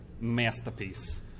masterpiece